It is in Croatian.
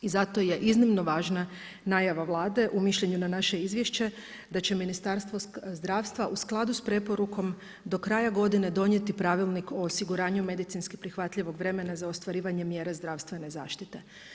I zato je iznimno važna najava Vlade u mišljenju na naše izvješće da će Ministarstvo zdravstva u skladu sa preporukom do kraja godine donijeti pravilnik o osiguranju medicinski prihvatljivog vremena za ostvarivanje mjere zdravstvene zaštite.